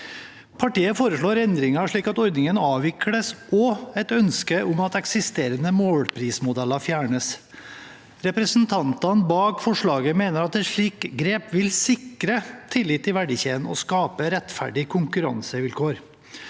Partiet foreslår endringer slik at ordningen avvikles, og har et ønske om at eksisterende målprismodeller fjernes. Representantene bak forslaget mener at et slikt grep vil sikre tillit i verdikjeden og skape rettferdige konkurransevilkår.